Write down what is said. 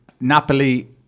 Napoli